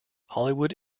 hollywood